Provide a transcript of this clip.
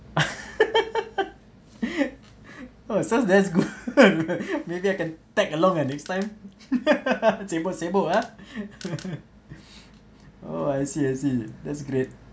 !wah! sound that's good maybe I can tag along ah next time sibuk sibuk ah oh I see I see that's great